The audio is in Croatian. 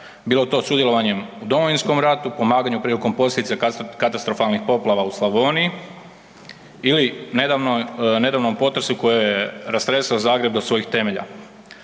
bilo to sudjelovanjem u Domovinskom ratu, pomaganjem prilikom posljedica katastrofalnih poplava u Slavoniji ili nedavnom potresu koji je rastresao Zagreb do svojih temelja.